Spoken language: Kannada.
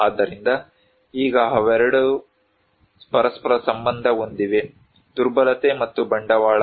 ಆದ್ದರಿಂದ ಈಗ ಅವೆರಡೂ ಪರಸ್ಪರ ಸಂಬಂಧ ಹೊಂದಿವೆ ದುರ್ಬಲತೆ ಮತ್ತು ಬಂಡವಾಳ